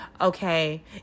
Okay